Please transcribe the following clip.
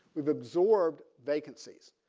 we've absorbed vacancies.